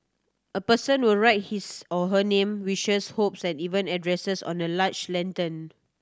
a person will write his or her name wishes hopes and even address on a large lantern